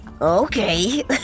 okay